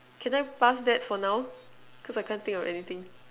can I pass that for now because I can't think of anything